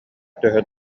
төһө